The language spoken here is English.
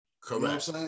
Correct